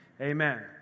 Amen